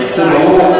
הנושא ברור.